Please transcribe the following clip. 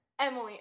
Emily